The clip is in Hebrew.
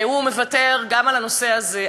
שהוא מוותר גם על הנושא הזה.